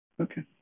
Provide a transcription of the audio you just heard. Okay